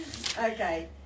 Okay